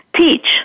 teach